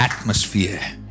atmosphere